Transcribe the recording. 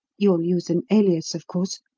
you'll use an alias, of course?